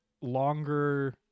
longer